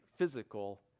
physical